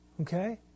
Okay